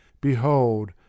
behold